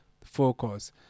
focus